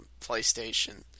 PlayStation